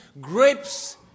grapes